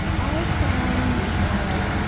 i found a